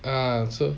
um so